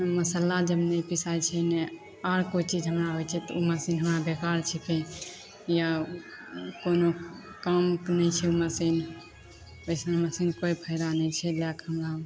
मसल्ला जब नहि पिसाइ छै एन्ने आओर कोइ चीज हमरा होइ छै तऽ ओ मशीन हमरा बेकार छिकै या कोनो कामके नहि छै ओ मशीन अइसनो मशीन कोइ फायदा नहि छै लैके हमरा